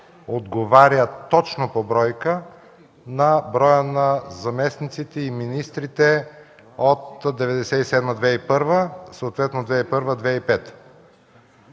отговорят точно по бройка на броя на заместниците и министрите от 1997-2001 г., съответно 2001-2005